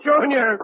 Junior